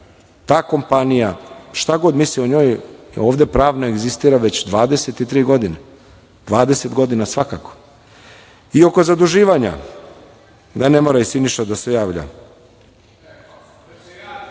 ta kompanija, šta god mislili o njoj, ovde pravno egzistira već 23. godine, 20 godina svakako. Oko zaduživanja, da ne mora i Siniša da se javlja,